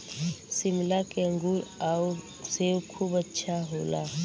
शिमला के अंगूर आउर सेब खूब अच्छा होला